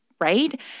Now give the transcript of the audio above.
Right